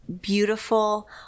beautiful